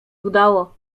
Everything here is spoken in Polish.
udało